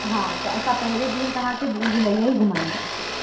हा त असां पहिरियों ॾींहुं तव्हांखे भूल भुलैया ई घुमाईंदासीं